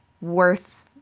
worth